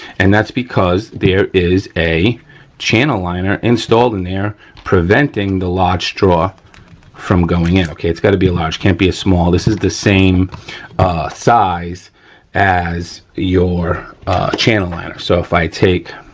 and that's because there is a channel liner installed in here preventing the large straw from going in, okay, it's gotta be a large, can't be a small. this is the same size as your channel liner so if i take